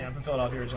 um but philadelphia.